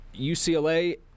UCLA